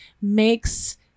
makes